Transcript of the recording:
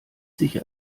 sich